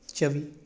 ਚੌਵੀ